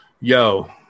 Yo